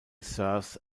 serves